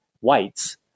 whites